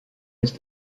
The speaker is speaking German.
ist